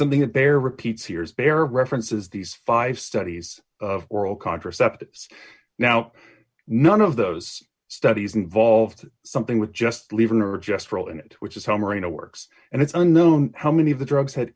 something that there repeats here is there are references these five studies of oral contraceptives now none of those studies involved something with just leaving or just role in it which is how marina works and it's unknown how many of the drugs